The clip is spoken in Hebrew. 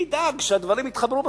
מי ידאג שהדברים יתחברו בכלל?